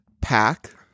pack